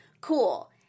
Cool